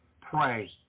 pray